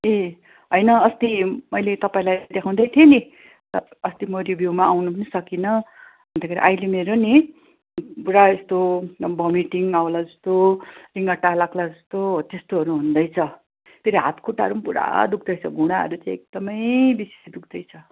ए होइन अस्ति मैले तपाईँलाई देखाउँदै थिएँ नि त अस्ति म रिभ्यूमा आउनु पनि सकिनँ अन्तखेरि अहिले मेरो नि पुरा यस्तो भमिटिङ आउँला जस्तो रिङ्गटा लाग्ला जस्तो हो त्यस्तोहरू हुँदैछ फेरि हात खुट्टाहरू पनि पुरा दुख्दैछ घुँडाहरू चाहिँ एकदमै बेसी दुख्दैछ